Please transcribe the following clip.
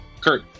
Kurt